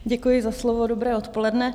Děkuji za slovo, dobré odpoledne.